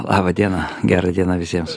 laba diena gerą dieną visiems